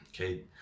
okay